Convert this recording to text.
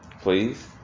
please